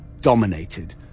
dominated